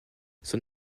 son